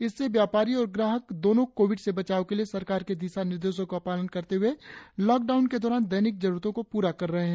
इससे व्यापारी और ग्राहक दोनों कोविड से बचाव के लिए सरकार के दिशा निर्देशों का पालन करते हए लॉकडाउन के दौरान दैनिक जरुरतों को पूरा कर रहे है